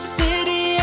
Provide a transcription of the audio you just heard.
city